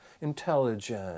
intelligent